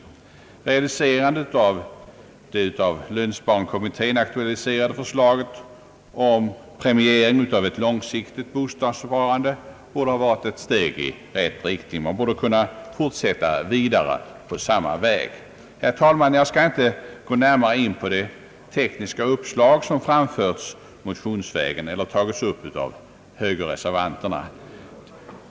Realiserandet av det av lönsparkommittén aktualiserade förslaget om premiering av ett långsiktigt bostadssparande borde ha varit ett steg i rätt riktning. Man borde kunna fortsätta vidare på samma väg. Herr talman! Jag skall inte närmare gå in på de tekniska uppslag, som framförts motionsvägen eller tagits upp av högerreservanterna.